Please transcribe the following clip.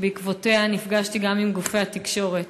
ובעקבותיה נפגשתי גם עם גופי התקשורת.